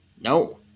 No